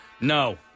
No